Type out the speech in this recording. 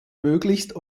möglichst